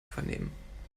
vernehmen